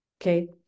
Okay